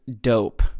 dope